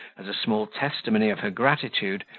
as a small testimony of her gratitude,